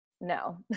No